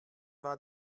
war